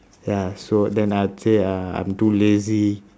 ya so then I would say uh i'm too lazy